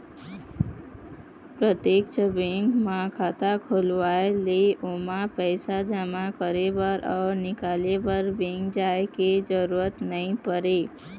प्रत्यक्छ बेंक म खाता खोलवाए ले ओमा पइसा जमा करे बर अउ निकाले बर बेंक जाय के जरूरत नइ परय